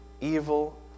Evil